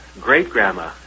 Great-grandma